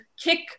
kick